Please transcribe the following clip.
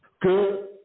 Que